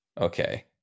Okay